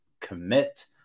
Commit